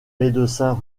médecins